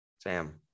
Sam